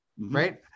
right